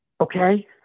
okay